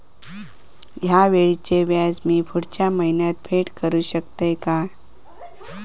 हया वेळीचे व्याज मी पुढच्या महिन्यात फेड करू शकतय काय?